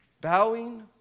bowing